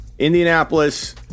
Indianapolis